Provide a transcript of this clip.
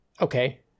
Okay